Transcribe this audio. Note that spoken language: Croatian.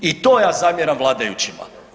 I to ja zamjeram vladajućima.